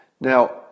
Now